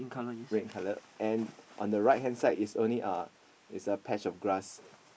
red in colour and on the right hand side is only uh is a patch of grass